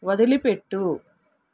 వదిలిపెట్టు